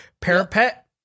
parapet